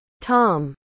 Tom